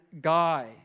guy